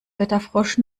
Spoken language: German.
wetterfrosch